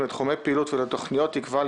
לתחומי פעילות ולתכניות תקבע,